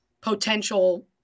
potential